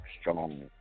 Strong